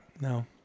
No